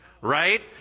right